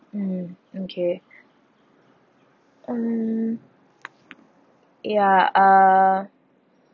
mm okay mm ya uh